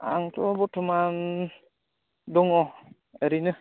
आंथ' बर्थमान दङ ओरैनो